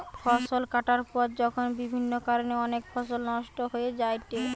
ফসল কাটার পর যখন বিভিন্ন কারণে অনেক ফসল নষ্ট হয়ে যায়েটে